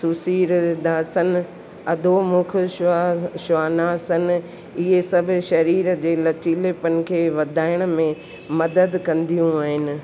सुसीर रिदासन अदोमुख श्वास श्वानासन इहे सभु शरीर जे लचीलेपन खे वधाइण में मदद कंदियूं आहिनि